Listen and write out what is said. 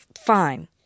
Fine